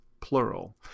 plural